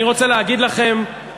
אני רוצה להגיד לכם,